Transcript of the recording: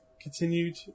continued